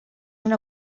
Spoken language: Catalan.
una